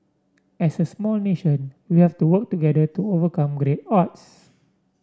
as a small nation we have to work together to overcome great odds